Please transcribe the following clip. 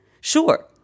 Sure